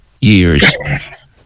years